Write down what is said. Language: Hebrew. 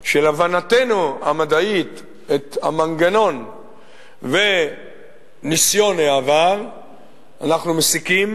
של הבנתנו המדעית את המנגנון וניסיון העבר אנחנו מסיקים